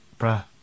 bruh